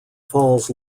falls